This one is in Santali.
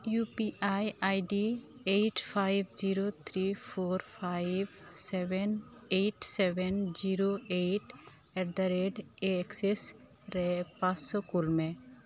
U P I ID eight five zero three four five seven eight seven zero eight ᱮᱰᱫᱟ ᱨᱮᱰ ᱮᱠᱥᱤᱥ ᱨᱮ ᱯᱟᱸᱪ ᱥᱚ ᱠᱳᱞ ᱢᱮ